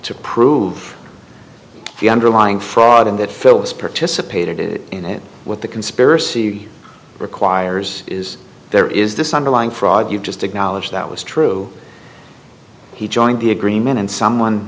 to prove the underlying fraud in that phillis participated in it with the conspiracy requires is there is this underlying fraud you just acknowledged that was true he joined the agreement and someone